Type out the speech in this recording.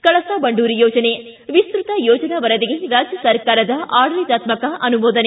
ಕಳಸಾ ಬಂಡೂರಿ ಯೋಜನೆ ವಿಸ್ತೃತ ಯೋಜನಾ ವರದಿಗೆ ರಾಜ್ಜಸರ್ಕಾರದ ಆಡಳಿತಾತ್ಕಕ ಅನುಮೋದನೆ